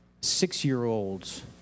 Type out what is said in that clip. six-year-olds